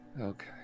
Okay